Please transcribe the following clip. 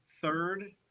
third